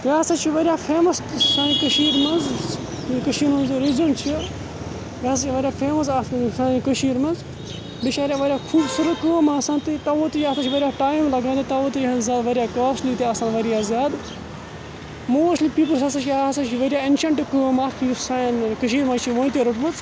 یہِ ہَسا چھِ واریاہ فیمَس سانہِ کٔشیٖرِ منٛز کٔشیٖرِ منٛز چھُ یہِ ہَسا چھ واریاہ فیمَس آسان سانہِ کٔشیٖرِ مَنٛز بیٚیہِ چھِ واریاہ خوٗبصوٗرت کٲم آسان تہٕ توَے تہٕ چھُ یَتھ ہَسا چھِ واریاہ ٹایم لَگان یہِ توَے تہٕ یہِ حظ واریاہ کاسلی آسان واریاہ زیادٕ موسٹلی ہَسا چھِ واریاہ ایٚنشنٹ کٲم اَکھ یُس سانہِ کٔشیٖرِ مَنٛز چھِ وٕنتہِ رٔٹمٕژ